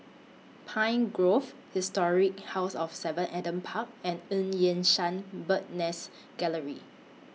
Pine Grove Historic House of seven Adam Park and EU Yan Sang Bird's Nest Gallery